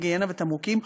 היגיינה ותמרוקים,